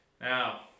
now